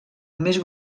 més